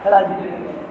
Kalahandi